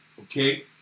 Okay